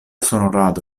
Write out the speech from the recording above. sonorado